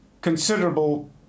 considerable